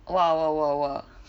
!whoa! !whoa! !whoa! !whoa!